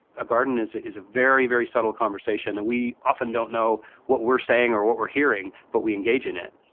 a garden is a very very subtle conversation that we often don't know what we're saying or what we're hearing, but we engage in it.